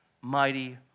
mighty